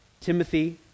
Timothy